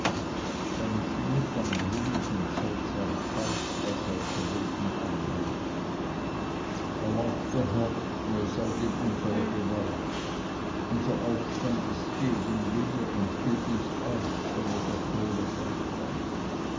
seine stimme klang ruhig und seltsam kalt als er zu reden anhob erlauchter herr ihr seid in unserer gewalt unser aufstand ist gegenwehr und gilt nicht euch sondern der krone frankreich